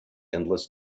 endless